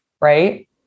right